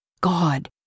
God